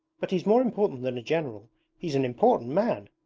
but he's more important than a general he's an important man!